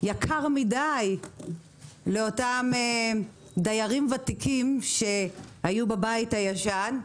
יקר מדי לאותם דיירים ותיקים שהיו בבית הישן.